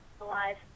Alive